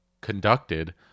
conducted